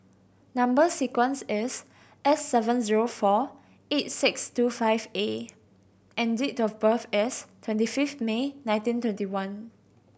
number sequence is S seven zero four eight six two five A and date of birth is twenty five May nineteen twenty one